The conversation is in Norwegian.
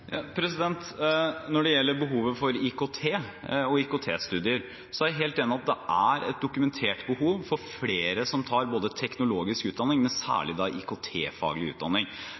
Når det gjelder behovet for IKT og IKT-studier, er jeg helt enig i at det er et dokumentert behov for at flere tar teknologisk utdanning, men særlig IKT-faglig utdanning.